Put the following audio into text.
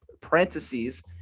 parentheses